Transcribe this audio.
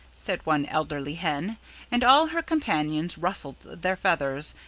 said one elderly hen and all her companions rustled their feathers,